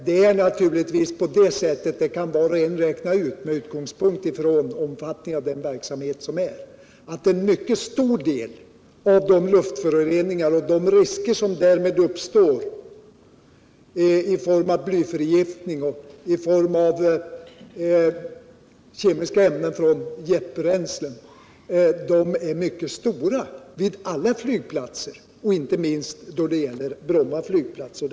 Med utgångspunkt i den omfattning som verksamheten vid Bromma har kan ju var och en räkna ut att den har en mycket stor del i luftföroreningarna och i de risker som därmed uppstår i form av blyförgiftning och kemiska, skadliga ämnen från jetbränslen. De riskerna är mycket stora vid alla flygplatser, och i det avseendet är Bromma inget undantag.